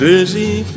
Busy